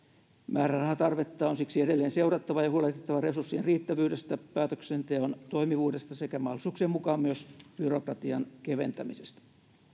määrärahatarvetta on siksi edelleen seurattava ja huolehdittava resurssien riittävyydestä päätöksenteon toimivuudesta sekä mahdollisuuksien mukaan myös byrokratian keventämisestä